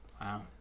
Wow